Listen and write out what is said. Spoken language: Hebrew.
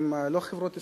שהן לא חברות ישראליות,